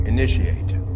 Initiate